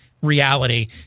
Reality